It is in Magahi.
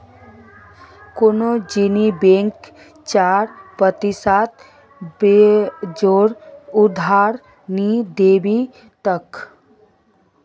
कुनु निजी बैंक चार प्रतिशत ब्याजेर उधार नि दीबे तोक